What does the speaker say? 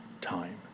time